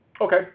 Okay